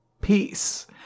Peace